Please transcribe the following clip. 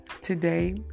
Today